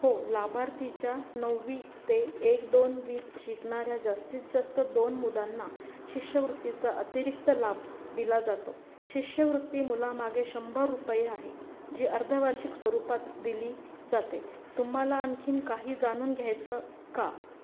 हो लाभार्थीच्या नववी ते एक दोनवीत शिकणाऱ्या जास्तीत जास्त दोन मुलांना शिष्यवृत्तीचा अतिरिक्त लाभ दिला जातो शिष्यवृत्ती मुलामागे शंभर रुपये आहे जी अर्धवार्षिक स्वरूपात दिली जाते तुम्हाला आणखी काही जानून घ्यायचं का